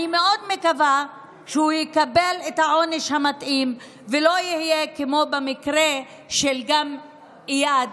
אני מאוד מקווה שהוא יקבל את העונש המתאים ולא יהיה כמו במקרה של איאד,